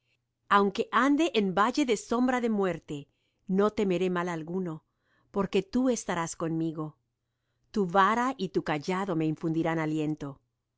aunque ande en valle de sombra de muerte no temeré mal alguno porque tú estarás conmigo tu vara y tu cayado me infundirán aliento